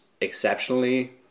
exceptionally